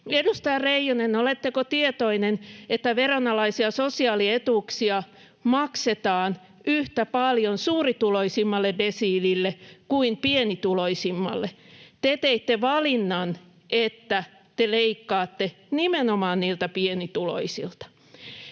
Edustaja Reijonen, oletteko tietoinen, että veronalaisia sosiaalietuuksia maksetaan yhtä paljon suurituloisimmalle desiilille kuin pienituloisimmalle? Te teitte valinnan, että te leikkaatte nimenomaan niiltä pienituloisilta,